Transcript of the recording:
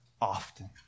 often